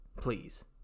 Please